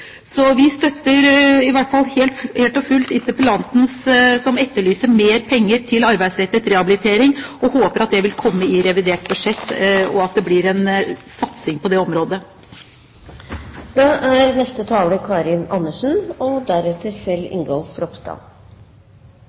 Så vi støtter i hvert fall helt og fullt interpellanten, som etterlyser mer penger til arbeidsrettet rehabilitering, og håper at det vil komme en satsing på det området i revidert budsjett. Jeg er ikke i tvil om at arbeidsrettet rehabilitering og